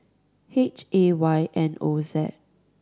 H A Y N O Z